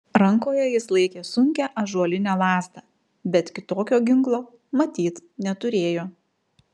rankoje jis laikė sunkią ąžuolinę lazdą bet kitokio ginklo matyt neturėjo